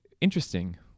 Interesting